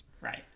Right